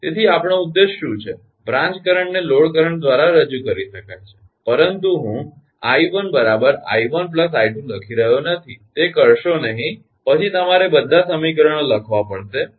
તેથી આપણો ઉદ્દેશ શું છે બ્રાંચ કરંટ ને લોડ કરંટ દ્વારા રજૂ કરી શકાય છે પરંતુ હું 𝐼1 𝑖1 𝐼2 લખી રહ્યો નથી તે કરશો નહીં પછી તમારે ઘણા બધા સમીકરણો લખવા પડશે